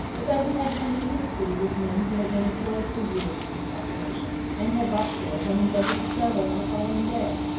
but that he had come into the city with men who had been employed for years on this operation, and had bought shares and endeavoured to sell them on the following day.